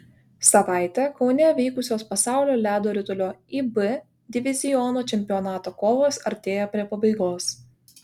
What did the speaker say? savaitę kaune vykusios pasaulio ledo ritulio ib diviziono čempionato kovos artėja prie pabaigos